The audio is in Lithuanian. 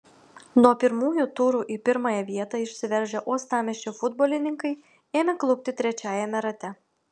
nuo pirmųjų turų į pirmąją vietą išsiveržę uostamiesčio futbolininkai ėmė klupti trečiajame rate